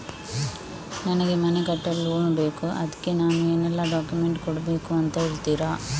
ನನಗೆ ಮನೆ ಕಟ್ಟಲು ಲೋನ್ ಬೇಕು ಅದ್ಕೆ ನಾನು ಏನೆಲ್ಲ ಡಾಕ್ಯುಮೆಂಟ್ ಕೊಡ್ಬೇಕು ಅಂತ ಹೇಳ್ತೀರಾ?